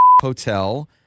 Hotel